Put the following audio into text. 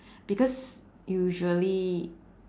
because usually